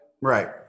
right